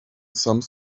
some